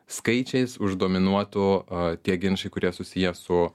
skaičiais uždominuotų tie ginčai kurie susiję su